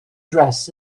dress